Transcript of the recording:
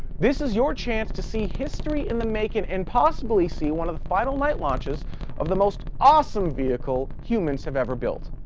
this is your chance to see history in the making and possibly see one of the final night launch of the most awesome vehicle humans have ever built.